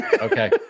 Okay